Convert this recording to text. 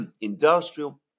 industrial